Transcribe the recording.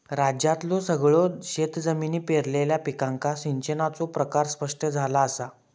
राज्यातल्यो सगळयो शेतजमिनी पेरलेल्या पिकांका सिंचनाचो प्रकार स्पष्ट झाला असा